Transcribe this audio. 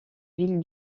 ville